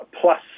plus